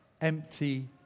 empty